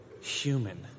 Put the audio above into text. human